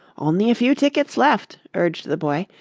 only a few tickets left, urged the boy,